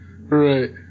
Right